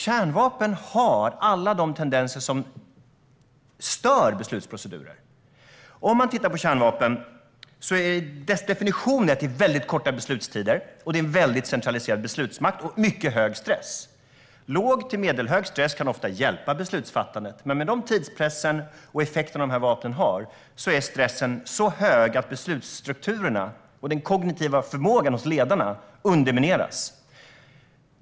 Kärnvapen har alla de tendenser som stör beslutsprocedurer. Kärnvapens definition är väldigt korta beslutstider. Det är en väldigt centraliserad beslutsmakt och mycket hög stress. Låg till medelhög stress kan ofta hjälpa beslutsfattandet, men den tidspress och den effekt som dessa vapen har är stressen så hög att beslutsstrukturerna och den kognitiva förmågan hos ledarna undermineras.